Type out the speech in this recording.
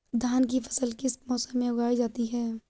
धान की फसल किस मौसम में उगाई जाती है?